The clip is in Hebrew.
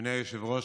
אדוני היושב-ראש,